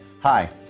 Hi